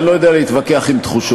אני לא יודע להתווכח עם תחושות,